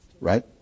right